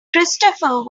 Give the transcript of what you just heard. christopher